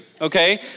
Okay